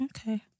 Okay